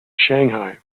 shanghai